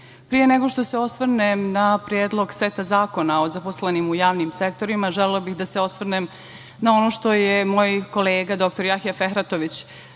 pre nego što se osvrnem na predlog seta zakona o zaposlenim u javnim sektorima, želela bih da se osvrnem na ono što je moj kolega, dr Jahja Fehratović,